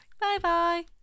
Bye-bye